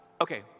okay